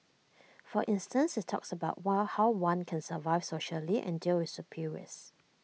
for instance IT talks about what how one can survive socially and deal with superiors